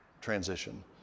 transition